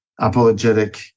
apologetic